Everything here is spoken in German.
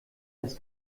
das